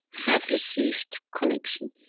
have received connection,